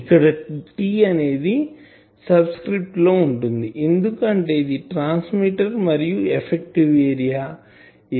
ఇక్కడ T అనేది subscript లో ఉంటుంది ఎందుకంటే అంటే ఇది ట్రాన్స్మిటర్ మరియు ఎఫెక్టివ్ ఏరియా Ae